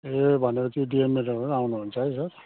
ए भनेपछि डिएम मेडमहरूम आउनुहुन्छ है सर